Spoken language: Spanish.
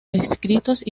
escritos